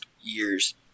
years